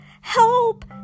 help